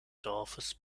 dorfes